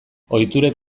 ohiturek